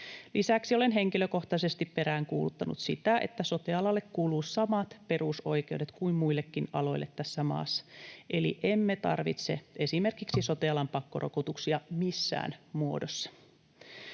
Lisäksi olen henkilökohtaisesti peräänkuuluttanut sitä, että sote-alalle kuuluu samat perusoikeudet kuin muillekin aloille tässä maassa. Eli emme tarvitse esimerkiksi sote-alan pakkorokotuksia missään muodossa.